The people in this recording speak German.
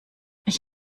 ich